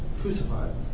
crucified